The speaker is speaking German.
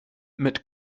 mit